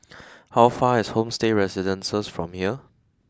how far away is Homestay Residences from here